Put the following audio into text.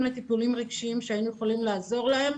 לטיפולים רגשיים שהיינו יכולים לעזור להם.